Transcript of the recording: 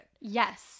Yes